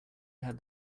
had